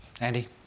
Andy